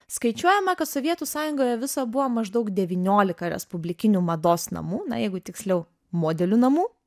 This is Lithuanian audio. skaičiuojama kad sovietų sąjungoje viso buvo maždaug devyniolika respublikinių mados namų na jeigu tiksliau modelių namų